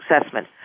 assessment